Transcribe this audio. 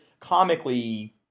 comically